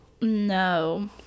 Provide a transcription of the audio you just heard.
No